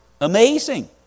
Amazing